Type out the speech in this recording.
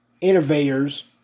innovators